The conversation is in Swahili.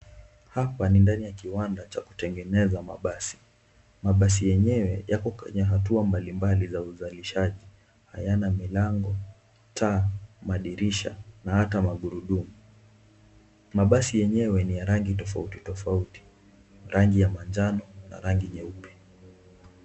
Hapa ni ndani ya kiwanda cha kutengeneza mabasi. Mabasi yenyewe yako kwenye hatua mbalimbali za uzalishaji. Hayana milango, taa, madirisha na hata magurudumu. Mabasi yenyewe ni ya rangi tofautitofauti, rangi ya manjano na rangi nyeupe.